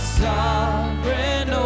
sovereign